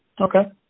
Okay